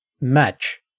match